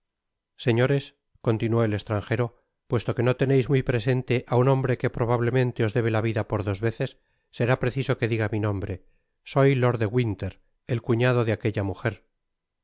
señores continuó el estranjero puesto que no teneis muy presente á un hombre que probablemente os debe la vida por dos veces será preciso que diga mi nombre soy lord de winter el cuñado de aquella mujer